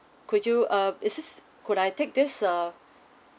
could you err is this could I take this err